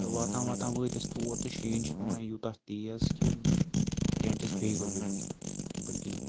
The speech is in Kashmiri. تہٕ واتان واتان وٲتۍ أسۍ تور تہٕ شیٖن چھِ پیٚوان یوٗتاہ تیز کہِ ٹٮ۪نٛٹ ٲسۍ بیٚیہِ گۄبیمٕتۍ نیٚبٕرۍ کِنۍ